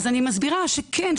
אז אני מסבירה שכן.